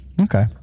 Okay